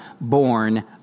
born